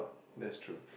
that's true